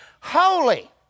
holy